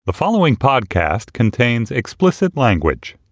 the following podcast contains explicit language